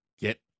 get